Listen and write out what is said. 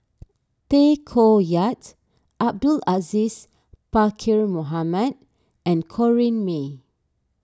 Tay Koh Yat Abdul Aziz Pakkeer Mohamed and Corrinne May